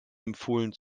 empfohlen